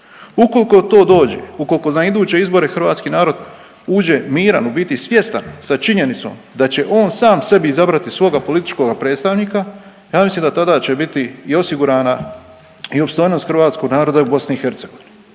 Ukoliko to dođe, ukoliko na iduće izbore hrvatski narod uđe miran, u biti svjestan sa činjenicom da će on sam sebi izabrati političkoga predstavnika, ja mislim da tada će biti i osigurana i opstojnost hrvatskog naroda u BiH.